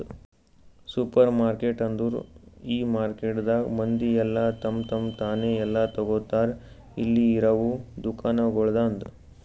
supermarket ಅಂದುರ್ ಈ ಮಾರ್ಕೆಟದಾಗ್ ಮಂದಿ ಎಲ್ಲಾ ತಮ್ ತಾವೇ ಎಲ್ಲಾ ತೋಗತಾರ್ ಅಲ್ಲಿ ಇರವು ದುಕಾನಗೊಳ್ದಾಂದು